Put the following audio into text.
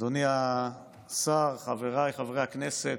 אדוני השר, חבריי חברי הכנסת,